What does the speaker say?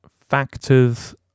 factors